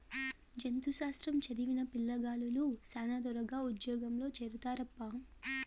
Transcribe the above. జంతు శాస్త్రం చదివిన పిల్లగాలులు శానా త్వరగా ఉజ్జోగంలో చేరతారప్పా